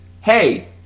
hey